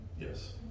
Yes